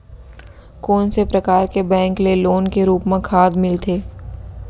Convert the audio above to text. कोन से परकार के बैंक ले लोन के रूप मा खाद मिलथे?